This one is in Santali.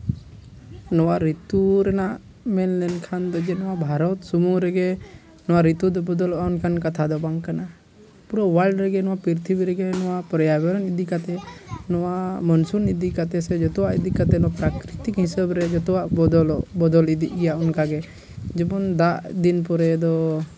ᱱᱚᱣᱟ ᱨᱤᱛᱩ ᱨᱮᱱᱟᱜ ᱧᱮᱞ ᱞᱮᱱᱠᱷᱟᱱ ᱫᱚ ᱱᱚᱣᱟ ᱵᱷᱟᱨᱚᱛ ᱥᱩᱢᱩᱱ ᱨᱮᱜᱮ ᱱᱚᱣᱟ ᱨᱤᱛᱩ ᱫᱚ ᱵᱚᱫᱚᱞᱚᱜᱼᱟ ᱚᱱᱠᱟᱱ ᱠᱟᱛᱷᱟ ᱫᱚ ᱵᱟᱝ ᱠᱟᱱᱟ ᱯᱩᱨᱟᱹ ᱚᱣᱟᱞᱰ ᱨᱮᱜᱮ ᱯᱤᱨᱛᱷᱤᱵᱤ ᱨᱮᱜᱮ ᱱᱚᱣᱟ ᱯᱚᱨᱭᱟᱵᱚᱨᱱ ᱤᱫᱤ ᱠᱟᱛᱮ ᱱᱚᱣᱟ ᱢᱟᱹᱱᱥᱩᱱ ᱤᱫᱤ ᱠᱟᱛᱮ ᱥᱮ ᱡᱚᱛᱚᱣᱟᱜ ᱤᱫᱤ ᱠᱟᱛᱮ ᱱᱚᱣᱟ ᱯᱨᱟᱠᱤᱨᱤᱛᱤᱠ ᱦᱤᱥᱟᱹᱵ ᱨᱮ ᱡᱚᱛᱚᱣᱟᱜ ᱵᱚᱫᱚᱞᱚᱜ ᱵᱚᱫᱚᱞ ᱤᱫᱤᱜ ᱜᱮᱭᱟ ᱚᱱᱠᱟᱜᱮ ᱡᱮᱢᱚᱱ ᱫᱟᱜ ᱫᱤᱱ ᱯᱚᱨᱮ ᱫᱚ